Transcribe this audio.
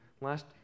Last